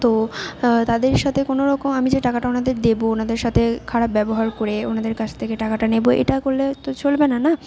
তো তাদের সাথে কোনোরকম আমি যে টাকাটা ওনাদের দেবো ওনাদের সাথে খারাপ ব্যবহার করে ওনাদের কাছ থেকে টাকাটা নেবো এটা করলে তো চলবে না না